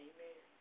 Amen